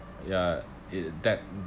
ya it that